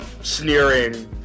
sneering